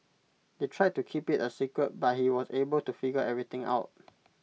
they tried to keep IT A secret but he was able to figure everything out